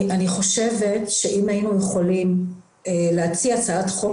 אני חושבת שאם היינו יכולים להציע הצעת חוק